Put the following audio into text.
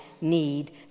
need